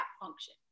function